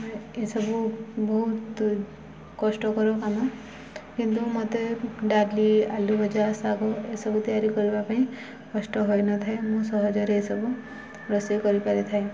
ଏସବୁ ବହୁତ କଷ୍ଟକର କାମ କିନ୍ତୁ ମୋତେ ଡାଲି ଆଳୁ ଭଜା ଶାଗ ଏସବୁ ତିଆରି କରିବା ପାଇଁ କଷ୍ଟ ହୋଇନଥାଏ ମୁଁ ସହଜରେ ଏସବୁ ରୋଷେଇ କରିପାରିଥାଏ